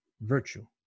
virtue